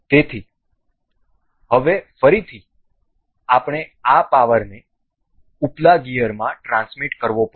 તેથી હવે ફરીથી આપણે આ પાવરને ઉપલા ગિયરમાં ટ્રાન્સમીટ કરવો પડશે